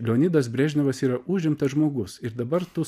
leonidas brežnevas yra užimtas žmogus ir dabar tu